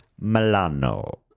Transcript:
Milano